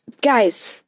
Guys